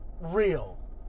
real